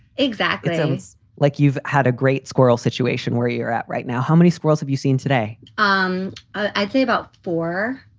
exactly. things like you've had a great squirrel situation where you're at right now. how many scrolls have you seen today? um i'd say about four.